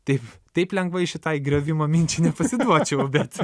taip taip lengvai šitai griovimo minčiai nepasiduočiau bet